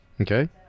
Okay